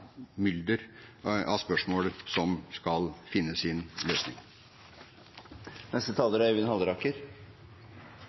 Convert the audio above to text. av spørsmål som skal finne sin løsning.